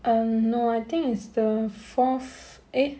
um no I think is the fourth eh